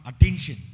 attention